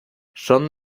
son